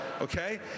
okay